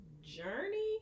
journey